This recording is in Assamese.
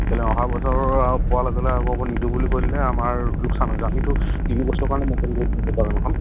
কেলে অহা বছৰ পোৱাৰ লগে আকৌ নিদো বুলি আমাৰ লোকচান হৈছে আমিতো